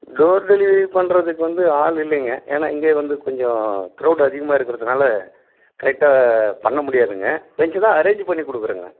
door delivery பண்ணுறதுக்கு வந்து ஆள் இல்லைங்க ஏன்னா இங்கேயே வந்து கொஞ்சம் க்ரௌட் அதிகமா இருக்கிறதுனால கரெக்டாக பண்ண முடியாதுங்க அரேஞ்ச் பண்ணி கொடுக்குறேங்க